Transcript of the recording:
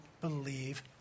believe